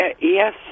yes